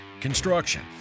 construction